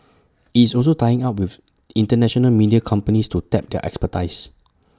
IT is also tying up with International media companies to tap their expertise